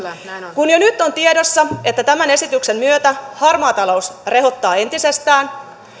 kun jo nyt on tiedossa että tämän esityksen myötä harmaa talous rehottaa entisestään